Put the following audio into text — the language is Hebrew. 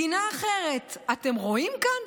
מדינה אחרת אתם רואים כאן?